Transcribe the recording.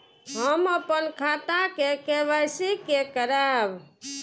हम अपन खाता के के.वाई.सी के करायब?